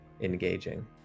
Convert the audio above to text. engaging